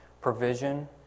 provision